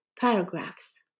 paragraphs